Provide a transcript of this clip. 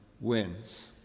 wins